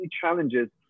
challenges